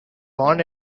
born